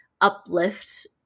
uplift